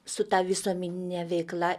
su ta visuomenine veikla